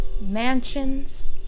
mansions